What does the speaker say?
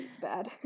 bad